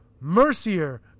Mercier